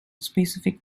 specific